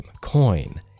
coin